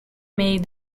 made